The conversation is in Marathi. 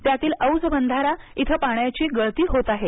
त्यातील औज बंधारा इथं पाण्याची गळती होत आहे